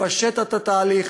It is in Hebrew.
לפשט את התהליך.